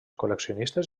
col·leccionistes